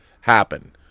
happen